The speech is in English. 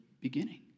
beginning